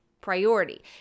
priority